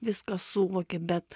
viską suvoki bet